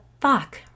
fuck